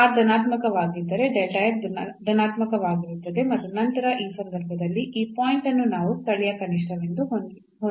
r ಧನಾತ್ಮಕವಾಗಿದ್ದರೆ ಧನಾತ್ಮಕವಾಗಿರುತ್ತದೆ ಮತ್ತು ನಂತರ ಈ ಸಂದರ್ಭದಲ್ಲಿ ಈ ಪಾಯಿಂಟ್ ಅನ್ನು ನಾವು ಸ್ಥಳೀಯ ಕನಿಷ್ಠವೆಂದು ಹೊಂದಿದ್ದೇವೆ